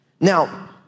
Now